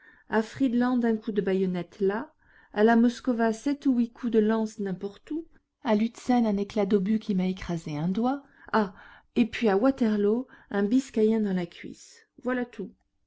à friedland un coup de bayonnette là à la moskowa sept ou huit coups de lance n'importe où à lutzen un éclat d'obus qui m'a écrasé un doigt ah et puis à waterloo un biscaïen dans la cuisse voilà tout